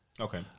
okay